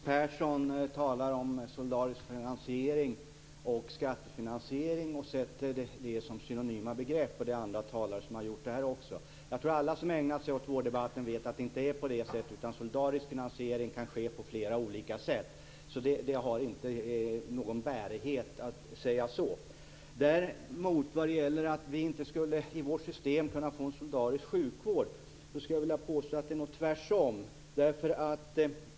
Fru talman! Catherine Persson talar om solidarisk finansiering och skattefinansiering och ser dem som synonyma begrepp. Det är andra talare som gjort det också. Jag tror att alla som ägnat sig åt vårddebatter vet att det inte är på det sättet. Solidarisk finansiering kan ske på flera olika sätt. Det har inte någon bärighet att säga så. Vad gäller påståendet att man i vårt system inte skulle få solidarisk sjukvård skulle jag vilja påstå att det är tvärtom.